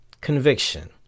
Conviction